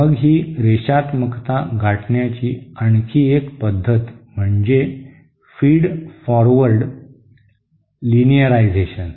मग ही रेषात्मकता गाठण्याची आणखी एक पद्धत म्हणजे फीड फॉरवर्ड लिनियरायझेशन